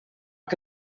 que